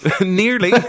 nearly